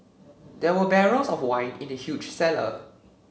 there were barrels of wine in the huge cellar